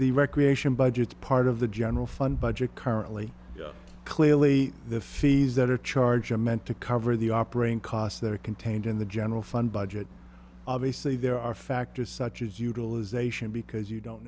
the recreation budget part of the general fund budget currently clearly the fees that are charging meant to cover the operating costs that are contained in the general fund budget obviously there are factors such as utilization because you don't